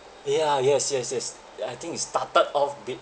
ya yes yes yes and I think it started off Bitcoin